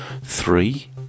Three